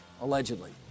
allegedly